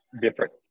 different